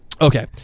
Okay